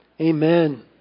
Amen